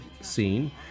scene